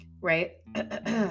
right